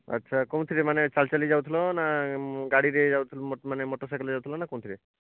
ଆଚ୍ଛା କେଉଁଥିରେ ମାନେ ଚାଲିଚାଲି ଯାଉଥିଲା ନା ଗାଡ଼ିରେ ଯାଉ ମା ମାନେ ମଟରସାଇକଲ୍ରେ ଯାଉଥିଲା ନା କେଉଁଥିରେ